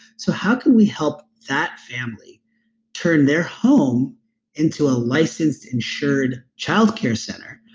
so how can we help that family turn their home into a licensed, insured childcare center?